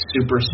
super